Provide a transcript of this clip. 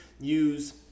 use